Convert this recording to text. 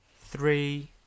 three